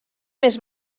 més